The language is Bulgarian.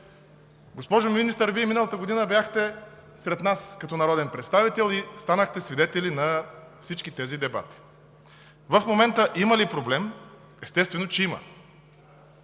Госпожо Министър, Вие миналата година бяхте сред нас като народен представител и станахте свидетел на всички тези дебати. В момента има ли проблем? Естествено, че има.